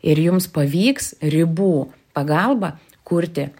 ir jums pavyks ribų pagalba kurti